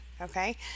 okay